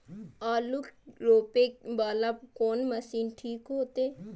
आलू रोपे वाला कोन मशीन ठीक होते?